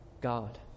God